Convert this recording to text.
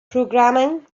programming